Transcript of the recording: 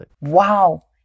Wow